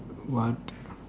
what